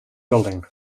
building